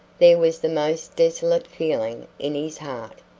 there was the most desolate feeling in his heart,